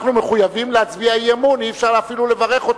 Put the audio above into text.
מחויבים להצביע אי-אמון, אי-אפשר אפילו לברך אותו.